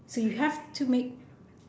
so you have to make